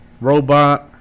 robot